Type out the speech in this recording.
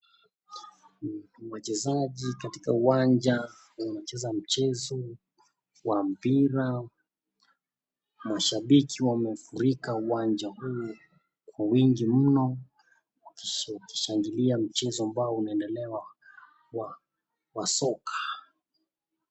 Wachezaji katika uwanja wanacheza mchezo wa mpira, mashambiki wamefurika uwanja huu kwa wingi mno wakishangilia mchezo ambao unaedelea wa soka.